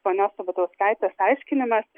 ponios sabatauskaitės aiškinimas